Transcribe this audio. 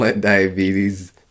diabetes